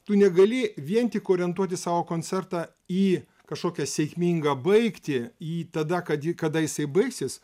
tu negali vien tik orientuoti savo koncertą į kažkokią sėkmingą baigtį į tada kad ji kada jisai baigsis